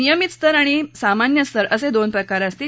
नियमित स्तर आणि सामान्य स्तर असे हे दोन प्रकार असतील